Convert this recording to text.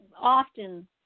often